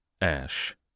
Ash